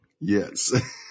Yes